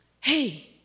Hey